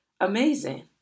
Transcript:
amazing